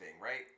right